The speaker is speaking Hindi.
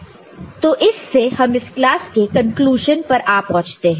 इससे हम इस क्लास के कंक्लूजन पर आ पहुंचे हैं